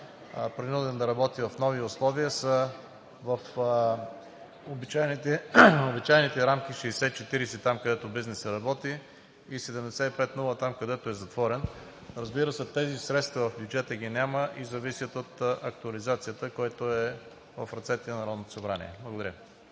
принуден да работи в нови условия, са в обичайните рамки 60/40, там, където бизнесът работи, и 75/0, там където е затворен. Разбира се, тези средства в бюджета ги няма и зависят от актуализацията, което е в ръцете на Народното събрание. Благодаря.